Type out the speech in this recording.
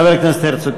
חבר הכנסת הרצוג.